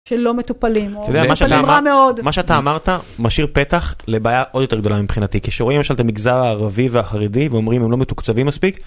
שלא מטופלים, או מטופלים רע מאוד מה שאתה אמרת משאיר פתח לבעיה עוד יותר גדולה מבחינתי כשרואים למגזר הערבי והחרדי ואומרים הם לא מתוקצבים מספיק.